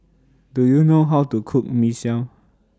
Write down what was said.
Do YOU know How to Cook Mee Siam